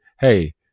hey